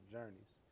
Journeys